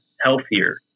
healthier